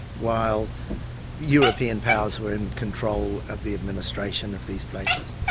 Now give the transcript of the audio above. while european powers were in control of the administration of these places.